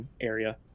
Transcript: area